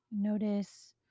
Notice